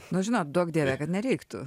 na žinai duok dieve kad nereiktų